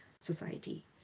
society